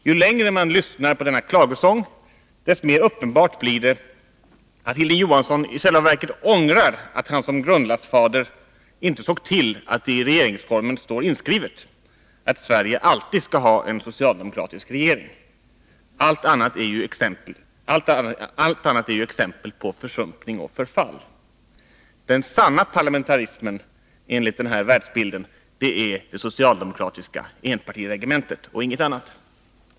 Ju längre man lyssnar på denna klagosång, desto mer uppenbart blir det att Hilding Johansson i själva verket ångrar att han som Nr 145 grundlagsfader inte såg till att det i regeringsformen står inskrivet att Sverige Onsdagen den alltid skall ha en socialdemokratisk regering — allt annat är ju exempel på 12 maj 1982 försumpning och förfall. Den sanna parlamentarismen, enligt den här världsbilden, är det socialdemokratiska enpartiregementet, och inget annat.